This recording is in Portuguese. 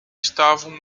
estavam